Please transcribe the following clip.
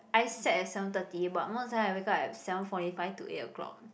I set at seven thirty but most of the time I wake up at seven forty five to eight o-clock